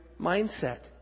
mindset